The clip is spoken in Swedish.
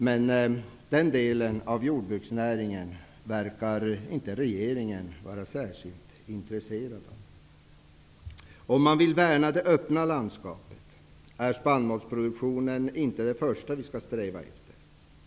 Men den delen av jordbruksnäringen verkar regeringen inte vara särskilt intresserad av. Om man vill värna det öppna landskapet är spannmålsproduktionen inte det första som vi skall sträva efter.